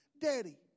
Daddy